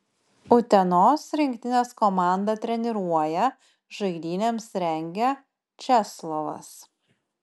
utenos rinktinės komandą treniruoja žaidynėms rengia česlovas